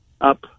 up